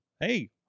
Hey